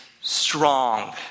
strong